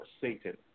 Satan